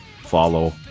follow